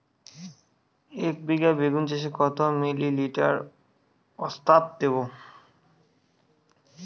একবিঘা বেগুন চাষে কত মিলি লিটার ওস্তাদ দেবো?